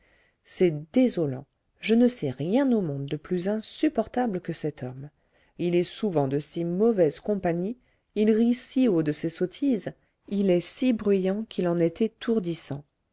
c'est désolant je ne sais rien au monde de plus insupportable que cet homme il est souvent de si mauvaise compagnie il rit si haut de ses sottises il est si bruyant qu'il en est étourdissant